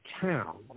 town